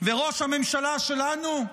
וראש הממשלה שלנו,